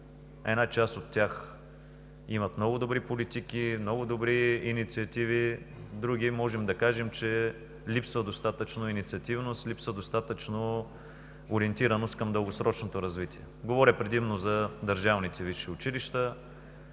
една част от тях имат много добри политики, много добри инициативи, други – можем да кажем, че липсва инициативност, липсва ориентираност към дългосрочното развитие – говоря предимно за държавните висши училища.